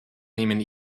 nehmen